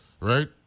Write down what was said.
right